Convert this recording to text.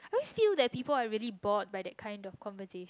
I always feel that people are really bored by that kind of conversation